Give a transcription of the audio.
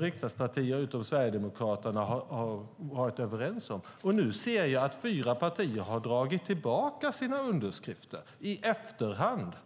riksdagspartier utom Sverigedemokraterna har varit överens om. Nu ser jag att fyra partier har dragit tillbaka sina underskrifter i efterhand.